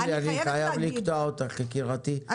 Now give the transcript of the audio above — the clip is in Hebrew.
אורלי אני חייב לקטוע אותך יקירתי,